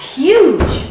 huge